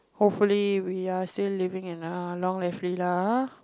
hopefully we are still living in uh long and free ah